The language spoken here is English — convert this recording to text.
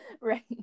right